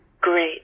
Great